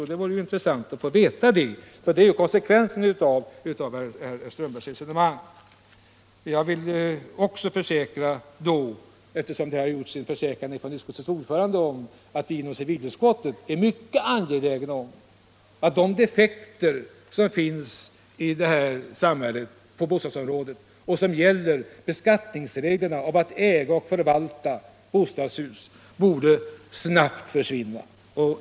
Det vore som sagt intressant att få höra det, för det blir konsekvensen av herr Strömbergs resonemang. Jag vill då också försäkra —- liksom utskottets ordförande gjorde — att vi inom civilutskottet är mycket angelägna om att de defekter som finns på bostadsområdet här i landet när det gäller beskattningsreglerna för dem som äger eller förvaltar bostadshus snabbt borde försvinna.